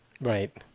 Right